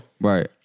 Right